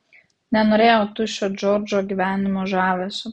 nenorėjau tuščio džordžo gyvenimo žavesio